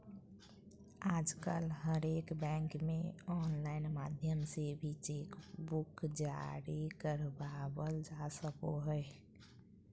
आजकल हरेक बैंक मे आनलाइन माध्यम से भी चेक बुक जारी करबावल जा सको हय